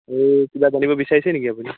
এই কিবা জানিব বিচাৰিছে নেকি আপুনি